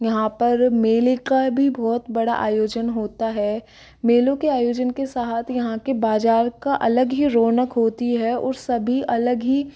यहाँ पर मेले का भी बहुत बड़ा आयोजन होता है मेलों के आयोजन के साथ यहाँ के बाज़ार का अलग ही रौनक होती है और सभी अलग ही